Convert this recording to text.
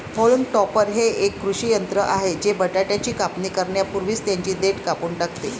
haulm topper हे एक कृषी यंत्र आहे जे बटाट्याची कापणी करण्यापूर्वी त्यांची देठ कापून टाकते